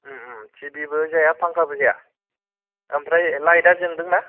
T V बो जाया फांखाबो जाया ओमफ्रय लाइता जोंदोंना